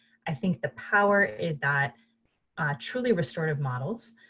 i think the power is that truly restorative models